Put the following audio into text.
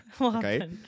Okay